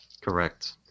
Correct